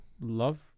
love